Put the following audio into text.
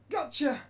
Gotcha